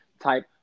type